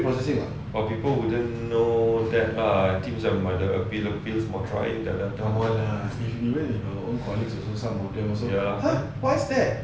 for people who didn't know that lah nanti macam ada appeal appeal for trials dah datang ya